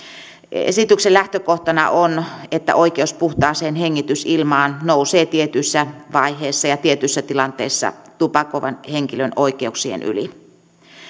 esityksen lähtökohtana on että oikeus puhtaaseen hengitysilmaan nousee tietyssä vaiheessa ja tietyssä tilanteessa tupakoivan henkilön oikeuksien yli